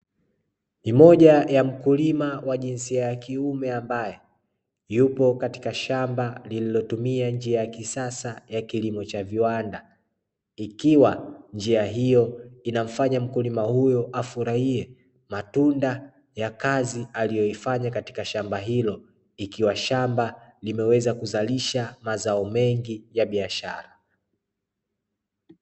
Ni moja ya mkulima wa jinsia ya kiume ambaye yupo katika shamba lililotumia njia ya kisasa, ya kilimo cha viwanda ikiwa njia hiyo inamfanya mkulima huyo, afurahie matunda ya kazi aliyoifanya katika shamba hilo, ikiwa shamba limeweza kuzalisha mazao mengi ya biashara.